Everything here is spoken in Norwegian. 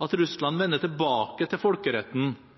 at Russland vender tilbake til folkeretten